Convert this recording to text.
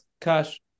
cash